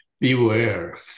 Beware